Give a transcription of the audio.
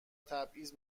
تبعیض